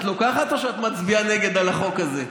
את איסלנד את לוקחת או שאת מצביעה נגד על החוק הזה?